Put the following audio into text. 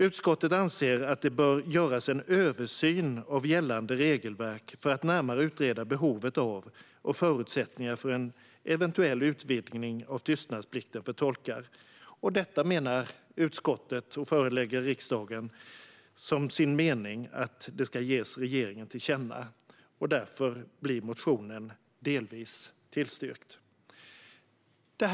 "Utskottet anser att det bör göras en översyn av gällande regelverk för att närmare utreda behovet av och förutsättningar för en eventuell utvidgning av tystnadsplikten för tolkar. Detta bör riksdagen som sin mening ge regeringen till känna. Motionen tillstyrks därför delvis."